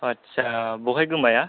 आटसा बहाय गोमाया